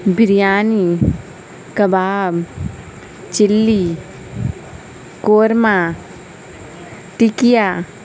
biryani kebab chilli korma ٹکیا